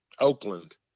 Oakland